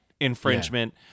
infringement